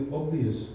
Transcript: obvious